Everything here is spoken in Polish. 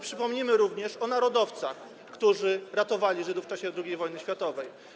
Przypomnijmy również o narodowcach, którzy ratowali Żydów w czasie II wojny światowej.